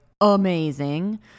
amazing